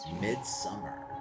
Midsummer